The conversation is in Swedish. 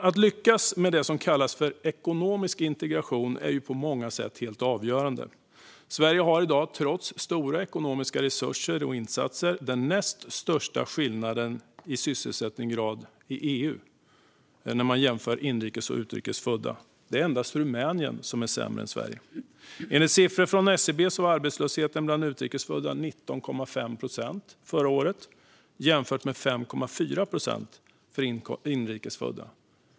Att lyckas med det som kallas ekonomisk integration är på många sätt helt avgörande. Sverige har i dag, trots stora ekonomiska resurser och insatser, EU:s näst största skillnad i sysselsättningsgrad mellan inrikes och utrikes födda. Endast Rumänien är sämre än Sverige. Enligt siffror från SCB var arbetslösheten bland utrikes födda 19,5 procent förra året, jämfört med 5,4 procent för inrikes födda.